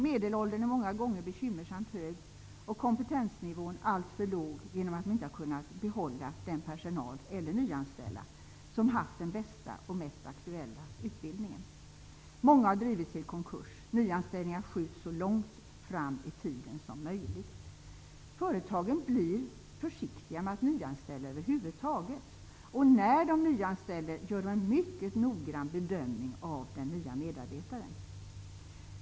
Medelåldern är många gånger bekymmersamt hög och kompetensnivån alltför låg genom att de inte kunnat behålla, eller nyanställa, den personal som haft den bästa och mest aktuella utbildningen. Många har drivits till konkurs. Nyanställningar skjuts så långt fram i tiden som möjligt. Företagen blir försiktiga med att nyanställa över huvud taget, och när de nyanställer gör de en mycket noggrann bedömning av den nye medarbetaren.